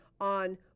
on